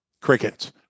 Crickets